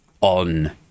on